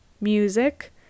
music